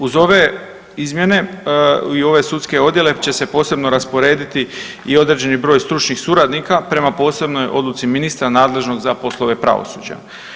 Uz ove izmjene i ove sudske odjele će se posebno rasporediti i određeni broj stručnih suradnika prema posebnoj odluci Ministra nadležnog za poslove pravosuđa.